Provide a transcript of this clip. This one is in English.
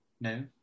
No